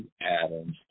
Adams